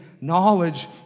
knowledge